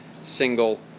single